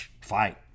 fight